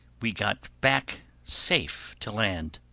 we got back safe to land.